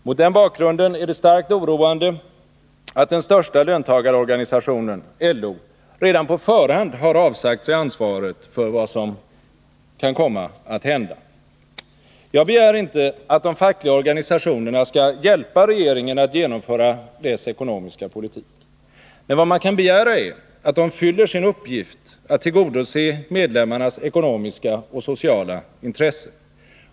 Mot den bakgrunden är det starkt oroande att den största löntagarorganisationen, LO, redan på förhand har avsagt sig ansvaret för vad som kan komma att hända. Jag begär inte att de fackliga organisationerna skall hjälpa regeringen att genomföra dess ekonomiska politik. Men vad man kan begära är att de fyller sin uppgift att tillgodose medlemmarnas ekonomiska och sociala intressen.